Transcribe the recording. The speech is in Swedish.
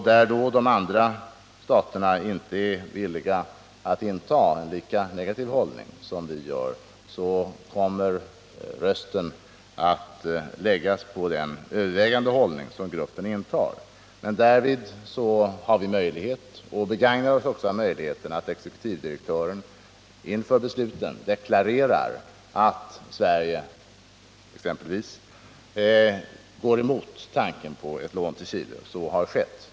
När de andra staterna inte är villiga att inta en lika negativ hållning som vi, kommer rösten att läggas för den hållning som den övervägande delen av gruppen intar. Vi har därvid möjlighet, och begagnar oss också av den, att inför besluten deklarera genom vår exekutivdirektör att Sverige går emot exempelvis tanken på ett lån till Chile. Så har också skett.